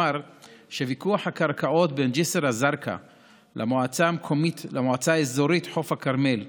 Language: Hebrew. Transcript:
שוויכוח הקרקעות בין ג'יסר א-זרקא למועצה האזורית חוף הכרמל,